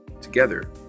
Together